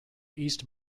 east